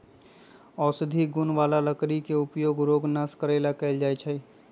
औषधि गुण बला लकड़ी के उपयोग रोग नाश करे लेल कएल जाइ छइ